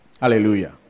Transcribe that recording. Hallelujah